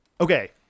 Okay